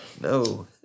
No